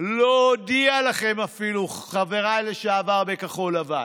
לא הודיע לכם אפילו, חבריי לשעבר בכחול לבן,